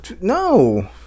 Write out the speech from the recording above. No